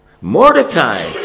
Mordecai